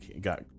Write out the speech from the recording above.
got